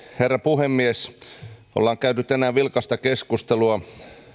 herra puhemies olemme käyneet tänään vilkasta keskustelua